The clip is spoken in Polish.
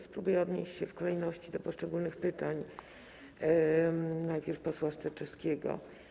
Spróbuję odnieść się w kolejności do poszczególnych pytań, najpierw do pytania posła Sterczewskiego.